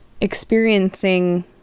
experiencing